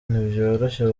ntibyoroshye